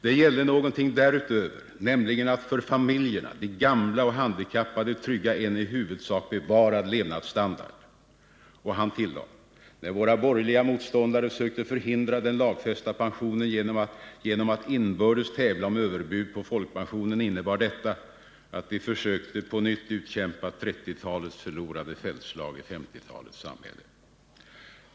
Det gällde någonting därutöver, nämligen att för familjerna, de gamla och handikappade trygga en i huvudsak bevarad levnadsstandard, och han tillade: När våra borgerliga motståndare sökte förhindra den lagfästa pensionen genom att inbördes tävla om överbud på folkpensionerna innebar detta att de på nytt försökte utkämpa 1930-talets förlorade fältslag i 1950-talets samhälle.